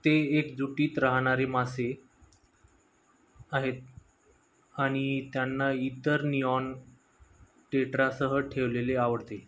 ते एकजुटीत राहणारे मासे आहेत आणि त्यांना इतर नियॉन टेट्रासह ठेवलेले आवडते